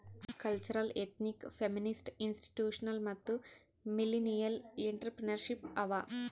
cultural, ethnic, feminist, institutional ಮತ್ತ millennial entrepreneurship ಅವಾ